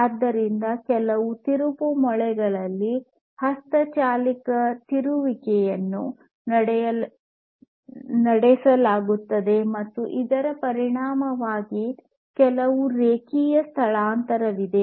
ಆದ್ದರಿಂದ ಕೆಲವು ತಿರುಪುಮೊಳೆಗಳಲ್ಲಿ ಹಸ್ತಚಾಲಿತ ತಿರುಗುವಿಕೆಯನ್ನು ನಡೆಸಲಾಗುತ್ತದೆ ಮತ್ತು ಇದರ ಪರಿಣಾಮವಾಗಿ ಕೆಲವು ರೇಖೀಯ ಸ್ಥಳಾಂತರವಿದೆ